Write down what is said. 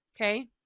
Okay